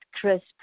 crisp